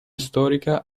storica